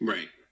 Right